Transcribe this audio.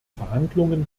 verhandlungen